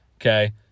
okay